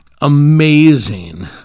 amazing